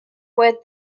with